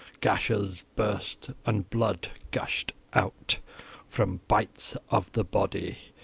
gashes burst, and blood gushed out from bites of the body.